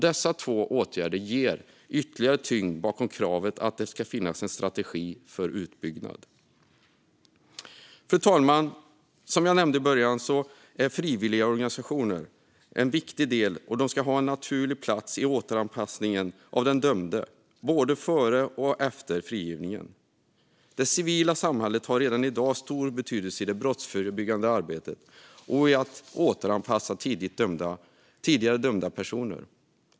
Dessa två åtgärder ger ytterligare tyngd bakom kravet att det ska finnas en strategi för utbyggnad. Fru talman! Som jag nämnde i början är frivilligorganisationer en viktig del i detta, och de ska ha en naturlig plats i återanpassningen av den dömde både före och efter frigivningen. Det civila samhället har redan i dag stor betydelse i det brottsförebyggande arbetet och i arbetet med att återanpassa tidigare dömda personer.